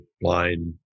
blind